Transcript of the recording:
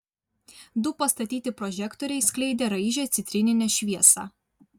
du pastatyti prožektoriai skleidė raižią citrininę šviesą